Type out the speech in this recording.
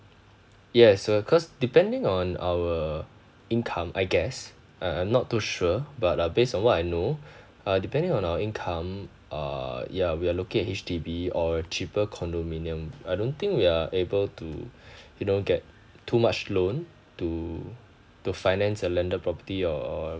yes uh because depending on our income I guess I I'm not too sure but uh based on what I know uh depending on our income uh ya we're looking at H_D_B or cheaper condominium I don't think we are able to you know get too much loan to to finance a landed property or